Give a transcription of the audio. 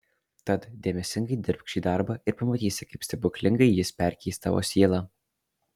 tad dėmesingai dirbk šį darbą ir pamatysi kaip stebuklingai jis perkeis tavo sielą